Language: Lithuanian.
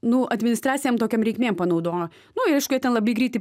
nu administracinėm tokiom reikmėm panaudojo nu ir aišku jie ten labai greitai